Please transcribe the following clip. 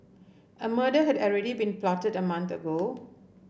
a murder had already been plotted a month ago